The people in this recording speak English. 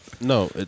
No